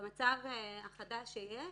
במצב החדש שיהיה